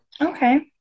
Okay